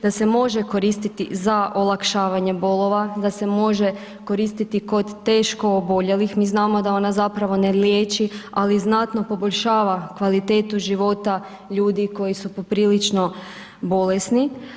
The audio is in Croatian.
Da se može koristiti za olakšavanje bolova, da se može koristiti kod teško oboljelih, mi znamo da ona zapravo ne liječi, ali znatno poboljšava kvalitetu života ljudi koji su poprilično bolesni.